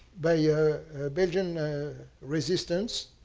by a belgium resistance,